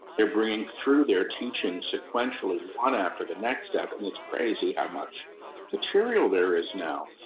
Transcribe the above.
they're bringing through their teaching sequentially one after the next step. and it's crazy how much material there is now.